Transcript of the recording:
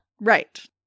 Right